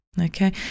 okay